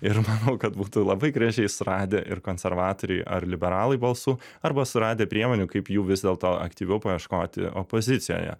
ir manau kad būtų labai gražiai suradę ir konservatoriai ar liberalai balsų arba suradę priemonių kaip jų vis dėlto aktyviau paieškoti opozicijoje